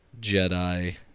Jedi